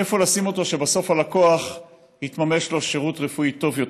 איפה לשים אותו כדי שבסוף יתממש ללקוח שירות רפואי טוב יותר.